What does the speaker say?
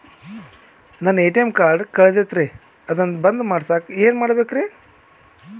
ನನ್ನ ATM card ಕಳದೈತ್ರಿ ಅದನ್ನ ಬಂದ್ ಮಾಡಸಾಕ್ ಏನ್ ಮಾಡ್ಬೇಕ್ರಿ?